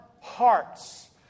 hearts